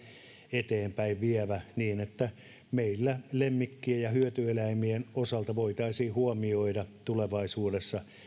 eteenpäinvievä niin että meillä lemmikkien ja hyötyeläimien osalta voitaisiin huomioida tulevaisuudessa